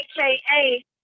AKA